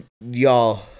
y'all